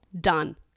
Done